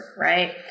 right